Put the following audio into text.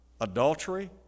adultery